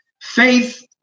Faith